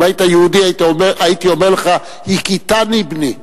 הייתי אומר לך: הכיתני בני.